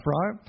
right